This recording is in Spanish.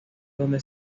donde